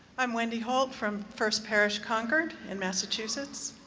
i'm wendy holt from first parish concord in massachusetts.